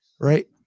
Right